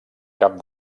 cap